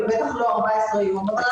תראה,